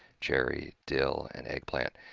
cherry, dill and eggplant.